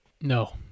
No